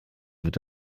wird